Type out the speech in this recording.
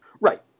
Right